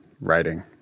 writing